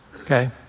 okay